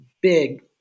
big